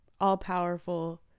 all-powerful